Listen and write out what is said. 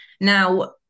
Now